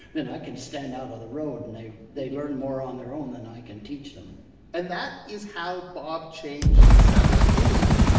then i can stand out of the road. and they learn more on their own than i can teach them and that is how bob changed the satellite industry.